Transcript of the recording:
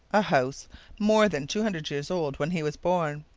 a house more than two hundred years old when he was born.